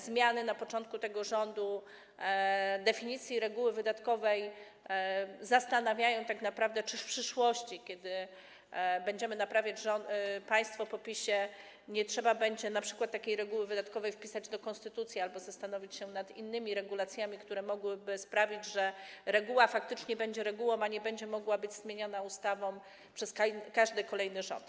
Zmiany na początku funkcjonowania tego rządu definicji reguły wydatkowej tak naprawdę zastanawiają, czy w przyszłości, kiedy będziemy naprawiać państwo po PiS-ie, nie trzeba będzie np. takiej reguły wydatkowej wpisać do konstytucji albo zastanowić się nad innymi regulacjami, które mogłyby sprawić, że reguła faktycznie będzie regułą i nie będzie mogła być zmieniona ustawą przez każdy kolejny rząd.